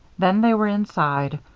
then they were inside.